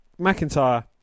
McIntyre